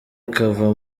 ikava